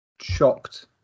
shocked